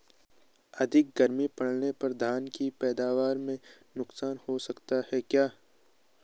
अधिक गर्मी पड़ने पर धान की पैदावार में नुकसान हो सकता है क्या?